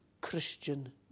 Christian